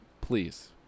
Please